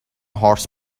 horse